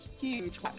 huge